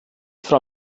frau